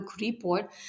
report